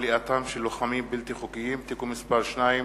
כליאתם של לוחמים בלתי חוקיים (תיקון מס' 2),